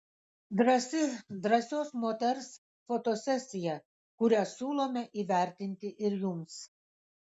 drąsi drąsios moters fotosesija kurią siūlome įvertinti ir jums